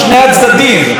משני הצדדים,